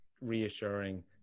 reassuring